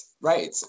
right